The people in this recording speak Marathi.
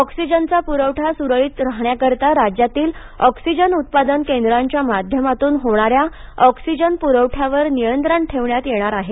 ऑक्सीजनचा पुरवठा सुरळीत राहण्याकरीता राज्यातील ऑक्सीजन उत्पादन केंद्रांच्या माध्यमातून होणाऱ्या ऑक्सीजन पुरवठ्यावर नियंत्रण ठेवण्यात येणार आहे